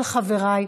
כל חבריי,